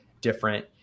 different